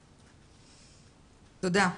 תודה.